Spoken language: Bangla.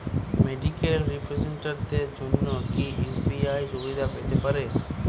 মেডিক্যাল রিপ্রেজন্টেটিভদের জন্য কি ইউ.পি.আই সুবিধা পেতে পারে?